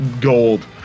gold